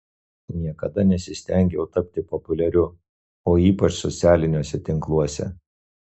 niekada nesistengiau tapti populiariu o ypač socialiniuose tinkluose